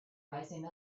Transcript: rising